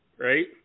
right